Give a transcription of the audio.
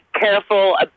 careful